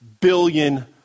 billion